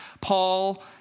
Paul